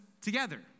together